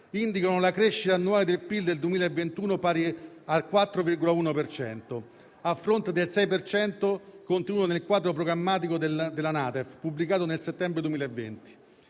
indicano la crescita annuale del PIL del 2021 pari al 4,1 per cento, a fronte del 6 per cento contenuto nel quadro programmatico della NADEF, pubblicato nel settembre 2020.